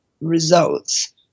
results